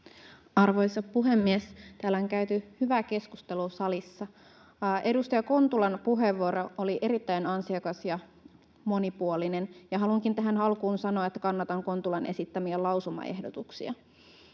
Arvoisa puhemies! Täällä on käyty hyvää keskustelua salissa. Edustaja Kontulan puheenvuoro oli erittäin ansiokas ja monipuolinen, ja haluankin tähän alkuun sanoa, että kannatan Kontulan esittämiä lausumaehdotuksia.